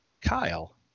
Kyle